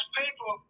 people